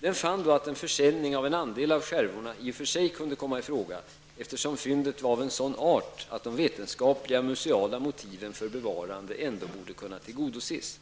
Den fann då att en försäljning av en andel av skärvorna i och för sig kunde komma ifråga, eftersom fyndet var av en sådan art att de vetenskapliga och museala motiven för bevarande ändå borde kunna tillgodoses.